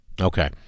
Okay